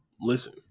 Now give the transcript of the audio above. Listen